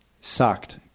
sucked